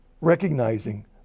recognizing